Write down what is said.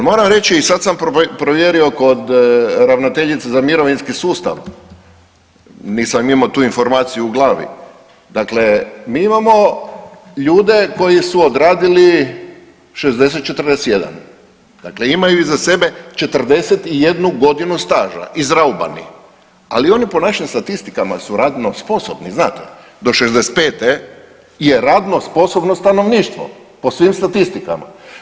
Moram reći i sad sam provjerio kod ravnateljice za mirovinski sustav, nisam imao tu informaciju u glavi, dakle mi imamo ljude koji su odradili 60-41 dakle imaju iza sebe 41 godinu staža, izraubani, ali oni po našim statistikama su radno sposobni znate do 65 je radno sposobno stanovništvo po svim statistikama.